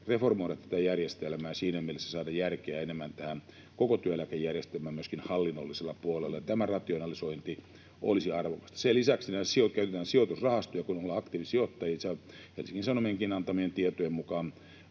reformoida tätä järjestelmää ja siinä mielessä saada järkeä enemmän tähän koko työeläkejärjestelmään myöskin hallinnollisella puolella. Tämä rationalisointi olisi arvokasta. Sen lisäksi käytetään sijoitusrahastoja, kun ollaan aktiivisijoittajia. Helsingin Sanomienkin antamien tietojen mukaan